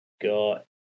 Got